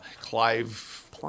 Clive